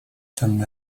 ten